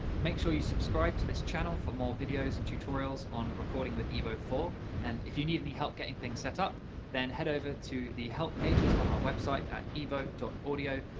make sure you subscribe to this channel for more videos and tutorials on recording with evo four and if you need any help getting things set up then head over to the help pages on our website at evo audio,